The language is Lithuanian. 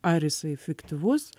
ar jisai fiktyvus